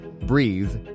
Breathe